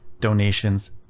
donations